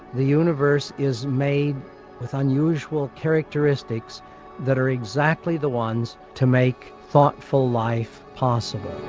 the universe is made with unusual characteristics that are exactly the ones to make thoughtful life possible.